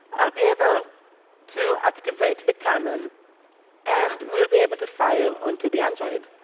i will be able to activate the cannon and we'll be able to fire onto the android.